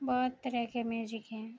بہت طرح کے میوزک ہیں